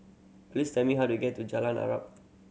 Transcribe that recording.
please tell me how to get to Jalan Arnap